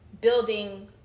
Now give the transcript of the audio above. building